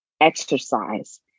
exercise